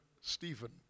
Stephen